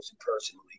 personally